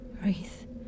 Wraith